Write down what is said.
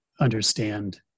understand